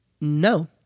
No